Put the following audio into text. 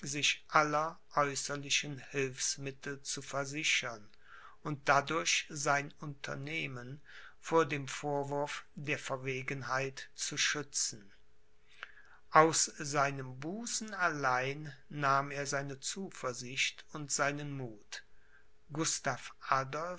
sich aller äußerlichen hilfsmittel zu versichern und dadurch sein unternehmen vor dem vorwurf der verwegenheit zu schützen aus seinem busen allein nahm er seine zuversicht und seinen muth gustav